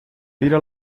tira